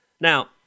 Now